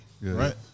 right